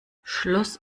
schloss